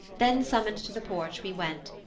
then summoned to the porch we went.